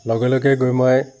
লগে লগে গৈ মই